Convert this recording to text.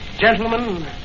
Gentlemen